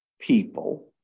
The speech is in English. people